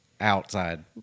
Outside